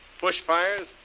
bushfires